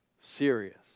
serious